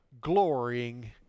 glorying